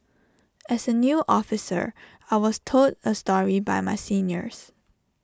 as A new officer I was told A story by my seniors